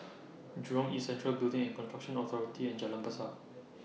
Jurong East Central Building and Construction Authority and Jalan Besar